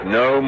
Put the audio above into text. no